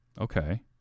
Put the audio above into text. Okay